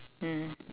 mm